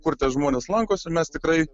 kur tie žmonės lankosi mes tikrai